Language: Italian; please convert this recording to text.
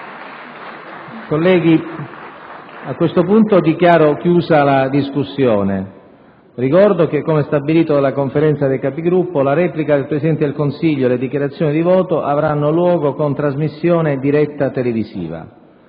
una nuova finestra"). Dichiaro chiusa la discussione. Ricordo che, come stabilito dalla Conferenza dei Capigruppo, la replica del Presidente del Consiglio e le dichiarazioni di voto avranno luogo con trasmissione diretta televisiva.